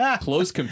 close